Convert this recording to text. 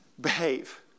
Behave